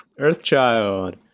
Earthchild